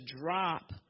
drop